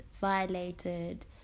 violated